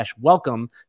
welcome